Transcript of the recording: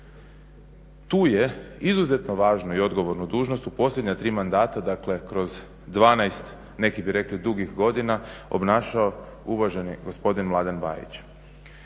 Tu je izuzetno važnu i odgovornu dužnost u posljednja tri mandata, dakle kroz 12 neki bi rekli dugih godina obnašao uvaženi gospodin Mladen Bajić.